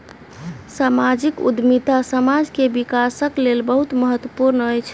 सामाजिक उद्यमिता समाज के विकासक लेल बहुत महत्वपूर्ण अछि